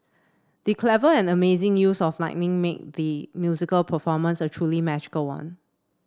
the clever and amazing use of lightning made the musical performance a truly magical one